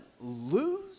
lose